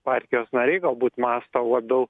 partijos nariai galbūt mąsto labiau